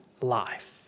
life